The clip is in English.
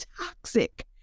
toxic